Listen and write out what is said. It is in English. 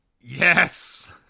Yes